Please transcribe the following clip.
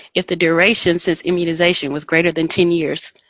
if the duration since immunization was greater than ten years?